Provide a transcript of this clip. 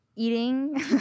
eating